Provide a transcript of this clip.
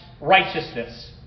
righteousness